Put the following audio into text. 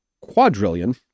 quadrillion